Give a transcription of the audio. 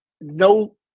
no